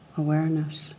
awareness